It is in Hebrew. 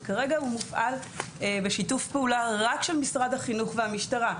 שכרגע הוא מופעל בשיתוף פעולה רק של משרד החינוך והמשטרה.